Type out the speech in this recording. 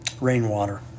rainwater